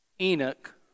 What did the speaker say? Enoch